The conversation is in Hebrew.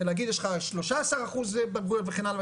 ולהגיד יש לך 13% בגרויות וכן הלאה,